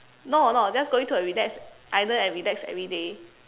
no no just going to a relax island and relax everyday